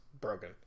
broken